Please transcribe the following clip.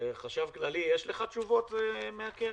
חשב כללי, יש לך תשובות מהקרן?